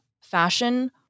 fashion